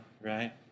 right